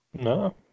No